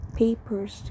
papers